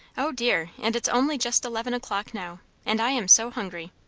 o dear! and it's only just eleven o'clock now. and i am so hungry!